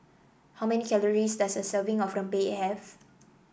how many calories does a serving of rempeyek have